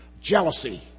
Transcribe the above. Jealousy